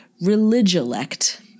religilect